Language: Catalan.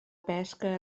pesca